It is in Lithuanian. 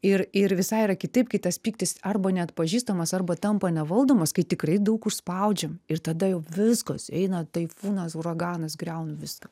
ir ir visai yra kitaip kai tas pyktis arba neatpažįstamas arba tampa nevaldomas kai tikrai daug užspaudžiam ir tada jau viskas eina taifūnas uraganas griaunu viską